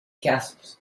castles